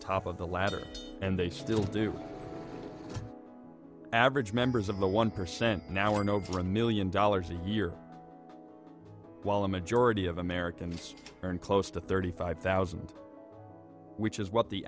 top of the ladder and they still do average members of the one percent now and over a million dollars a year while a majority of americans earn close to thirty five thousand which is what the